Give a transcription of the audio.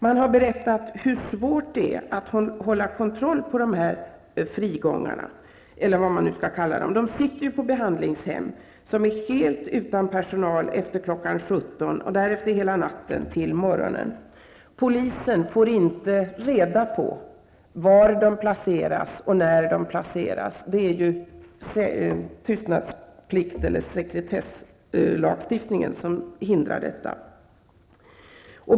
Man har berättat om hur svårt det är att hålla kontroll på dessa ''frigångare'' -- eller vad man skall kalla dem. De sitter ju på behandlingshem, som är helt utan personal efter kl. 17.00 och därefter hela natten till morgonen. Polisen får inte reda på var och när de placeras. Sekretesslagstiftningen hindrar detta.